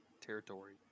territory